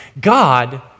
God